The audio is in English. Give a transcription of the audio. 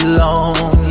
long